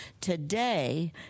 today